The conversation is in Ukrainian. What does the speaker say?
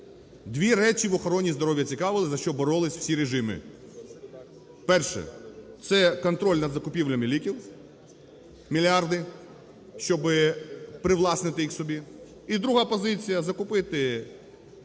Дві речі в охороні здоров'я цікавили, за що боролися всі режими: перше - це контроль над закупівлями ліків, мільярди, щоб привласнити їх собі; і друга позиція - закупити інші